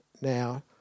now